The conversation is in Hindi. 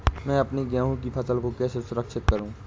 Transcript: मैं अपनी गेहूँ की फसल को कैसे सुरक्षित करूँ?